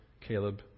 Caleb